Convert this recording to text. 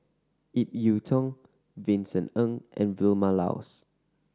Ip Yiu Tung Vincent Ng and Vilma Laus